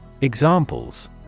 Examples